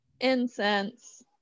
incense